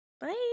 bye